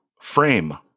frame